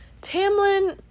Tamlin